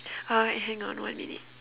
uh wait hang on one minute